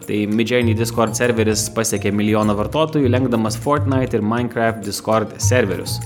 tai midjourney discord serveris pasiekė milijoną vartotojų lenkdamas fortnite ir minecraft discord serverius